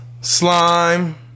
Slime